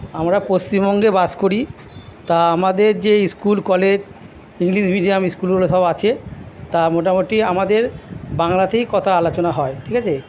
আমরা পশ্চিমবঙ্গে বাস করি তা আমাদের যে স্কুল কলেজ ইংলিশ মিডিয়াম স্কুলগুলো সব আছে তা মোটামুটি আমাদের বাংলাতেই কথা আলোচনা হয় ঠিক আছে